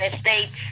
States